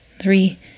three